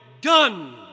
done